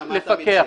יונה, מה אתה מציע?